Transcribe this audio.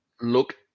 look